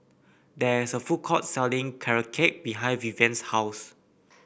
there is a food court selling Carrot Cake behind Vivian's house